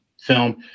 film